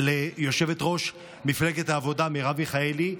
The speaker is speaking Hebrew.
ליושבת-ראש מפלגת העבודה מרב מיכאלי,